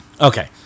okay